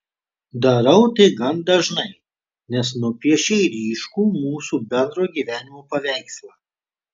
darau tai gan dažnai nes nupiešei ryškų jūsų bendro gyvenimo paveikslą